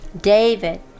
David